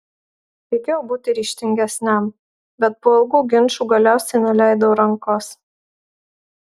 reikėjo būti ryžtingesniam bet po ilgų ginčų galiausiai nuleidau rankas